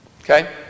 Okay